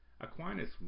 aquinas